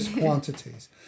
quantities